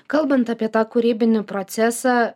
kalbant apie tą kūrybinį procesą